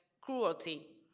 cruelty